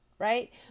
Right